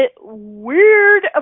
weird